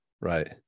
right